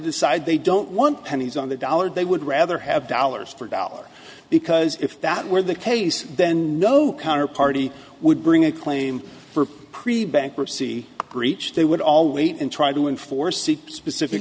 decide they don't want pennies on the dollar they would rather have dollars for dollar because if that were the case then no counter party would bring a claim for pre bankruptcy breach they would all wait and try to enforce the specific